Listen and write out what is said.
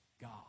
God